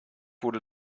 wurde